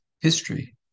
history